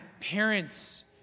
Parents